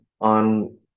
on